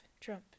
Trump